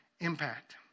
impact